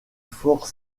fort